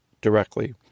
directly